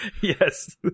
Yes